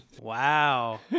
Wow